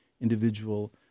individual